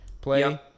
play